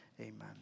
Amen